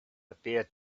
appeared